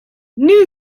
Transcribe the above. new